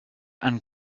and